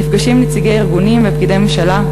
נפגשים עם נציגי ארגונים ופקידי ממשלה.